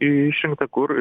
išrinkta kur